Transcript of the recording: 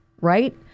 right